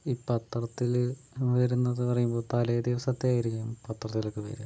ഈ പത്രത്തില് വരുന്നത് എന്ന് പറയുമ്പോൾ തലേ ദിവസത്തെ ആയിരിക്കും പത്രത്തില് ഒക്കെ വര